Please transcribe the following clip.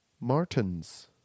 Martins